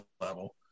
level